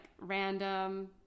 random